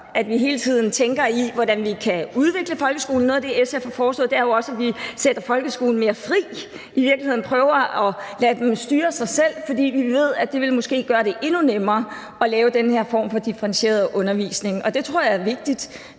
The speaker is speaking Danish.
at vi hele tiden tænker i, hvordan vi kan udvikle folkeskolen. Noget af det, SF har foreslået, er jo også, at vi sætter folkeskolen mere fri, og at vi i virkeligheden prøver at lade dem styre sig selv, fordi vi ved, at det måske vil gøre det endnu nemmere at lave den her form for differentieret undervisning. Og det tror jeg er vigtigt,